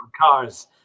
cars